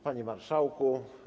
Panie Marszałku!